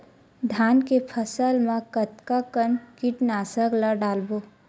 धान के फसल मा कतका कन कीटनाशक ला डलबो?